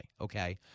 okay